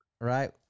Right